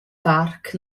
parc